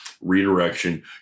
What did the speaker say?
redirection